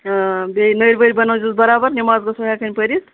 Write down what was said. بیٚیہِ نٔرۍ ؤرۍ بَنٲیزیوس برابر نَماز گژھیو ہیکن پٔرِتھ